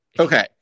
Okay